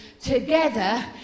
together